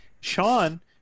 Sean